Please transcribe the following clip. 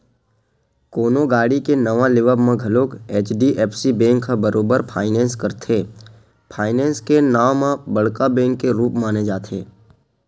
कोनो गाड़ी के नवा लेवब म घलोक एच.डी.एफ.सी बेंक ह बरोबर फायनेंस करथे, फायनेंस के नांव म बड़का बेंक के रुप माने जाथे